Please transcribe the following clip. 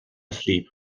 asleep